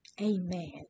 Amen